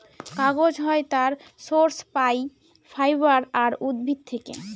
কাগজ হয় তার সোর্স পাই ফাইবার আর উদ্ভিদ থেকে